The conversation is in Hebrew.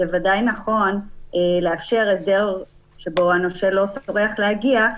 בוודאי נכון לאפשר הסדר שבו הנושה לא טורח להגיע,